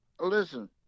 listen